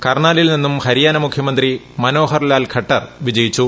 കർണാലിൽ നിന്നും ഹരിയാന മുഖ്യമന്ത്രി മനോഹർ ലാൽ ഖട്ടർ വിജയിച്ചു